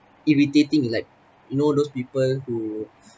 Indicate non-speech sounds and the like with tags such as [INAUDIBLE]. irritating like you know those people who [BREATH]